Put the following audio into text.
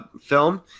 film